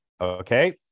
okay